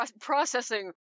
Processing